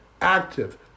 active